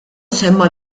semma